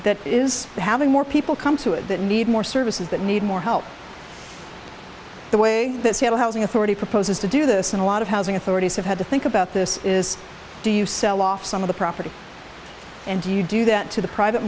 that is having more people come to it that need more services that need more help the way this housing authority proposes to do this and a lot of housing authorities have had to think about this is do you sell off some of the property and do you do that to the private